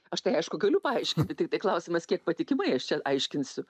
aš tai aišku galiu paaiškinti tiktai klausimas kiek patikimai aš čia aiškinsiu